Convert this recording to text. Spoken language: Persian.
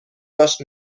داشت